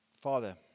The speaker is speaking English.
Father